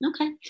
Okay